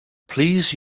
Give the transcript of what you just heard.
please